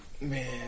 Man